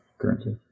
currently